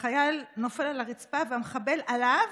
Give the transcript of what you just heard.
החייל נופל על הרצפה, המחבל עליו,